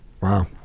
wow